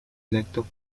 electo